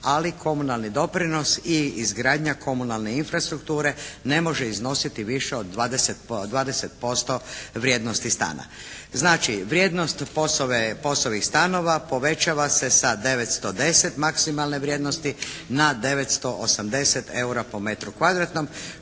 Ali komunalni doprinos i izgradnja komunalne infrastrukture ne može iznositi više od 20% vrijednosti stana. Znači, vrijednost POS-ovih stanova povećava se sa 910 maksimalne vrijednosti na 980 eura po metru kvadratnom